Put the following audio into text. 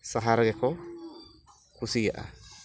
ᱥᱟᱦᱟᱨ ᱨᱮᱜᱮ ᱠᱚ ᱠᱩᱥᱤᱭᱟᱜᱼᱟ